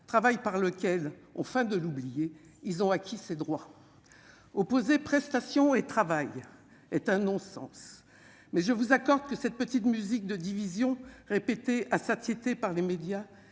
travail par lequel on feint de l'oublier, ils ont acquis ces droits opposé prestation et travail est un non-sens, mais je vous accorde que cette petite musique de division répété à satiété par les médias,